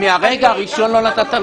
ננסה מההתחלה.